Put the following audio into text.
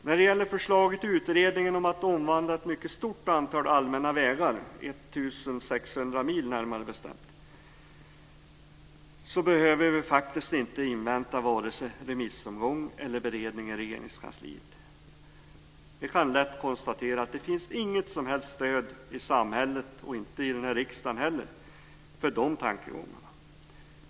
När det gäller förslaget i utredningen om att omvandla ett mycket stort antal allmänna vägar - närmare bestämt 1 600 mil - så behöver vi faktiskt inte invänta vare sig remissomgång eller beredning i Regeringskansliet. Vi kan lätt konstatera att det inte finns något som helst stöd i samhället, och inte i den här riksdagen heller, för de tankegångarna.